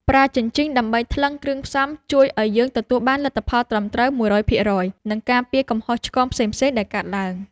ប្រើជញ្ជីងដើម្បីថ្លឹងគ្រឿងផ្សំជួយឱ្យយើងទទួលបានលទ្ធផលត្រឹមត្រូវមួយរយភាគរយ និងការពារកំហុសឆ្គងផ្សេងៗដែលកើតឡើង។